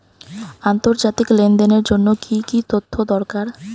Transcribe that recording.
আন্তর্জাতিক লেনদেনের জন্য কি কি তথ্য দরকার?